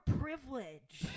privilege